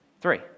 Three